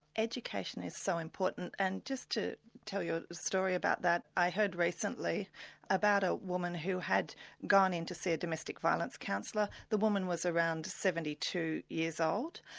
education is so important, and just to tell you a story about that i heard recently about a woman who had gone into see a domestic violence counsellor, the woman was around seventy two years old,